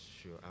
sure